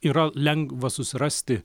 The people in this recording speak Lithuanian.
yra lengva susirasti